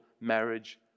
marriage